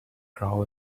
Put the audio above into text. crowd